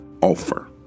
offer